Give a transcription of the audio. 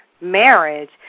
marriage